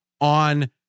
on